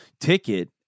ticket